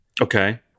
okay